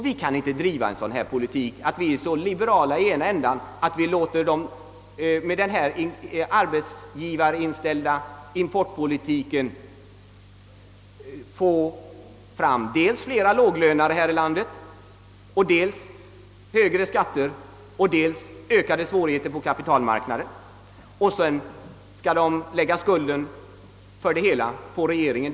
Vi kan inte driva en så liberal och arbetsgivarvänlig importpolitik, att vi dels får fler lågavlönade här i landet och dels högre skatter samt dessutom större svårigheter på kapitalmarknaden. Sedan skall skulden för det hela läggas på regeringen.